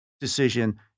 decision